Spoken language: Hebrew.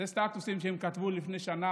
אלה סטטוסים שהם כתבו לפני שנה,